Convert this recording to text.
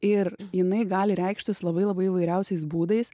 ir jinai gali reikštis labai labai įvairiausiais būdais